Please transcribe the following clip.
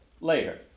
later